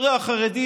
עסוק.